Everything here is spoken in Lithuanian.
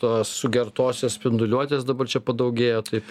tos sugertosios spinduliuotės dabar čia padaugėjo taip